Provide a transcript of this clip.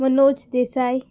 Manoj Desai